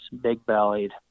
big-bellied